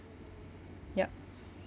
ya